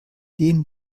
dem